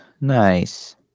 nice